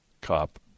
Cop